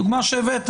בדוגמה שהבאת,